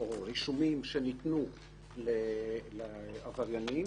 או רישומים שניתנו לעבריינים